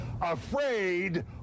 afraid